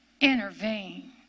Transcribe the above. Intervene